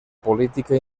política